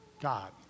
God